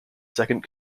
second